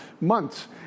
months